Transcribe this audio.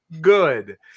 good